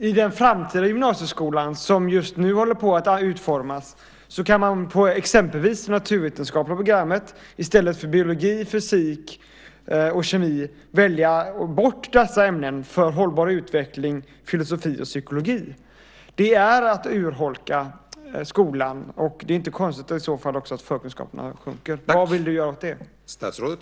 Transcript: I den framtida gymnasieskolan, som just nu håller på att utformas, kan man exempelvis på det naturvetenskapliga programmet i stället för biologi, fysik och kemi välja hållbar utveckling, filosofi och psykologi. Det är att urholka skolan. Det är inte konstigt i så fall att förkunskaperna blir sämre. Vad vill ni göra åt det?